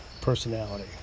personality